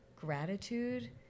gratitude